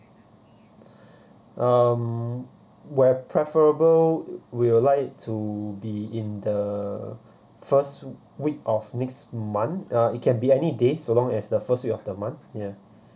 um where preferable we'll like to be in the first week of next month uh it can be any day so long as the first week of the month ya